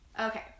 Okay